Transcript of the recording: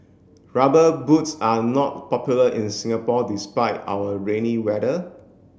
rubber boots are not popular in Singapore despite our rainy weather